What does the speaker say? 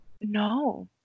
No